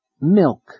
Milk